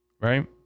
right